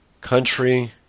country